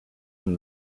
from